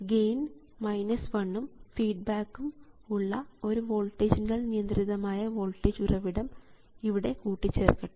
gain 1 ഉം ഫീഡ്ബാക്കും ഉള്ള ഒരു വോൾട്ടേജിനാൽ നിയന്ത്രിതമായ വോൾട്ടേജ് ഉറവിടം ഇവിടെ കൂട്ടിചേർക്കട്ടെ